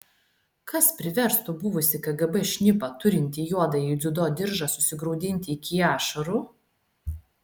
kas priverstų buvusį kgb šnipą turintį juodąjį dziudo diržą susigraudinti iki ašarų